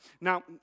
Now